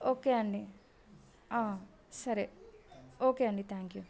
okay అండి సరే okay అండి థ్యాంక్ యూ